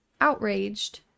outraged